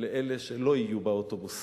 על אלה שלא יהיו באוטובוס